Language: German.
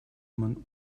man